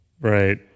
right